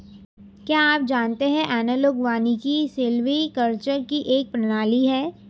क्या आप जानते है एनालॉग वानिकी सिल्वीकल्चर की एक प्रणाली है